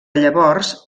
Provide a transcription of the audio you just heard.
llavors